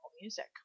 music